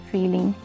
Feeling